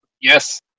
Yes